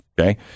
okay